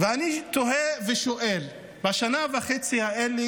ואני תוהה ושואל: בשנה וחצי האלה